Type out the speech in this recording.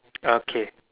okay